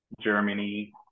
Germany